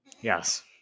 Yes